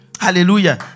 Hallelujah